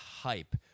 hype